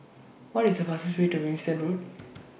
What IS The fastest Way to Winstedt Road